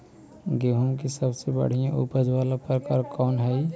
गेंहूम के सबसे बढ़िया उपज वाला प्रकार कौन हई?